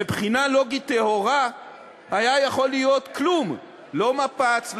מבחינה לוגית טהורה היה יכול להיות כלום: לא מפץ,